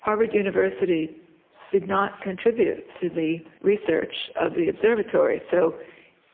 harvard university did not contribute to the research of the observatory, so